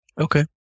Okay